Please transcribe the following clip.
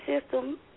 system